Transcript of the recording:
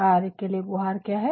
कार्य के लिए गुहार क्या है